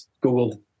Google